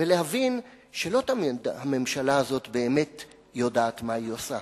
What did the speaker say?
ולהבין שלא תמיד הממשלה הזאת יודעת באמת מה היא עושה.